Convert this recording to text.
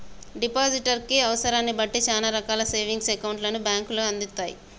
depositor కి అవసరాన్ని బట్టి చానా రకాల సేవింగ్స్ అకౌంట్లను బ్యేంకులు అందిత్తయ్